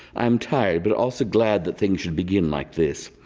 i'm tired but also glad that things should begin like this.